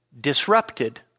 Disrupted